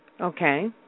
Okay